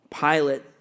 Pilate